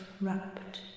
wrapped